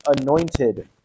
anointed